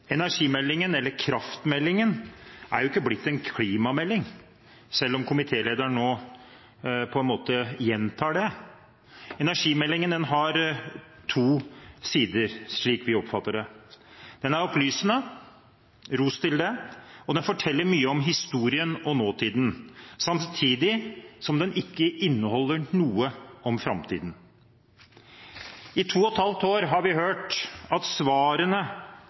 Energimeldingen – eller kraftmeldingen – er ikke blitt en klimamelding, selv om komitélederen nå på en måte gjentar det. Energimeldingen har to sider, slik vi oppfatter det. Den er opplysende – ros for det – og den forteller mye om historien og nåtiden, samtidig som den ikke inneholder noe om framtiden. I to og et halvt år har vi hørt at svarene